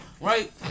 right